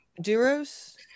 Duros